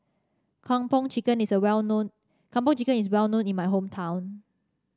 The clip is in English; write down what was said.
Kung Po Chicken is a well known Kung Po Chicken is well known in my hometown